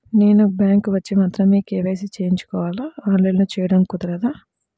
నేను బ్యాంక్ వచ్చి మాత్రమే కే.వై.సి చేయించుకోవాలా? ఆన్లైన్లో చేయటం కుదరదా?